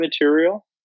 material